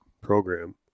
program